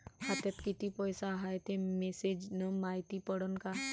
खात्यात किती पैसा हाय ते मेसेज न मायती पडन का?